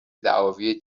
دعاوی